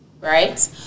right